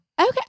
Okay